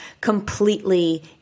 completely